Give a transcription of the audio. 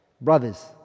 brothers